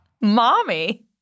mommy